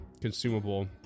consumable